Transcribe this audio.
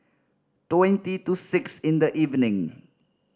twenty to six in the evening